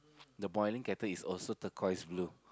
the boiling kettle is also turquoise blue